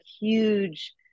huge